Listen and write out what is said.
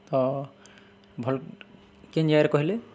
ତ ଭଲ୍ କେନ୍ ଜାଗାରେ କହେଲେ